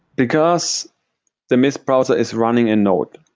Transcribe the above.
because the mist browser is running in node.